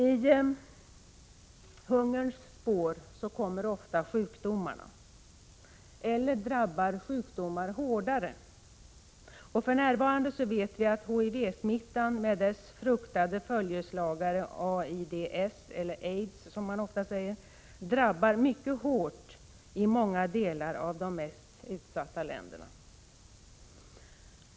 I hungerns spår kommer ofta sjukdomarna, eller också drabbar sjukdomarna hårdare. För närvarande vet vi att HIV-smittan med dess fruktade följeslagare aids drabbar mycket hårt i många delar av de mest utsatta länderna.